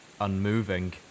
unmoving